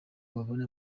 babone